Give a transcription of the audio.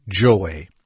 joy